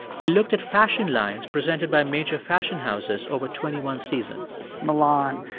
he looked at fashion lines presented by major fashion houses over twenty one seasons milan,